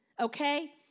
okay